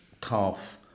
calf